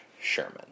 Sherman